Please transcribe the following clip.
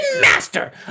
master